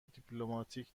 دیپلماتیک